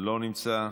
לא נמצא,